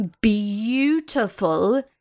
beautiful